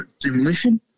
demolition